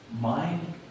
Mind